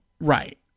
Right